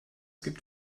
gibt